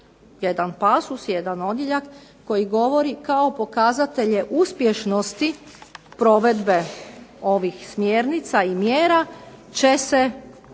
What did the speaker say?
jedan pasus, jedan odjeljak koji govori kao pokazatelje uspješnosti provedbe ovih smjernica i mjera će se utvrđivati